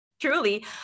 truly